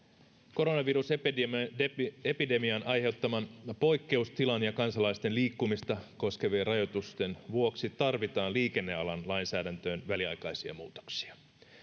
koronavirusepidemian aiheuttaman poikkeustilan ja kansalaisten liikkumista koskevien rajoitusten vuoksi tarvitaan liikennealan lainsäädäntöön väliaikaisia muutoksia